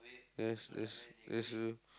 yes yes is you